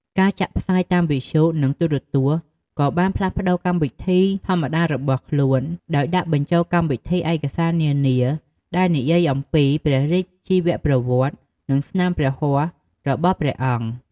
ការចាក់ផ្សាយតាមវិទ្យុ និងទូរទស្សន៍ក៏បានផ្លាស់ប្ដូរកម្មវិធីធម្មតារបស់ខ្លួន ដោយដាក់បញ្ចូលកម្មវិធីឯកសារនានាដែលនិយាយអំពីព្រះរាជជីវប្រវត្តិ និងស្នាព្រះហស្ថរបស់ព្រះអង្គ។